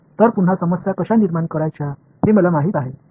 तर पुन्हा समस्या कश्या निर्माण करायच्या हे मला माहित आहे